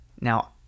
Now